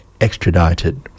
extradited